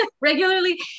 regularly